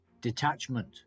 detachment